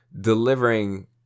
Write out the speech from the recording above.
delivering